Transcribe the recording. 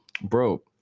Bro